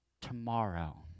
tomorrow